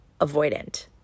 avoidant